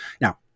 Now